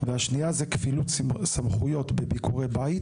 והשנייה זו כפילות סמכויות בביקורי בית.